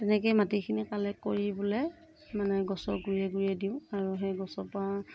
তেনেকৈয়ে মাটিখিনি কালেক কৰি পেলাই মানে গছৰ গুৰিয়ে গুৰিয়ে দিওঁ আৰু সেই গছৰ পৰা